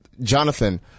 Jonathan